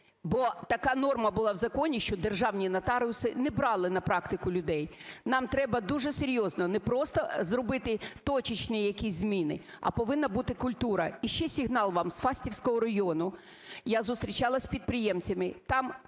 бо така норма була в законі, що державні нотаріуси не брали на практику людей. Нам треба дуже серйозно не просто зробити точечні якісь зміни, а повинна бути культура. І ще сигнал вам з Фастівського району. Я зустрічалась із підприємцями,